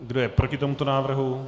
Kdo je proti tomuto návrhu?